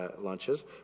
lunches